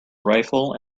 rifle